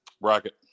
bracket